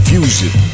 Fusion